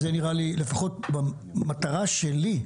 במטרה שלי,